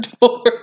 door